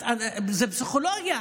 זה פסיכולוגיה,